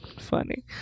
funny